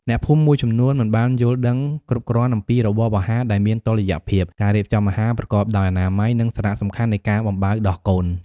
អ្នកភូមិមួយចំនួនមិនបានយល់ដឹងគ្រប់គ្រាន់អំពីរបបអាហារដែលមានតុល្យភាព ការរៀបចំអាហារប្រកបដោយអនាម័យ និងសារៈសំខាន់នៃការបំបៅដោះកូន។